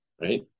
right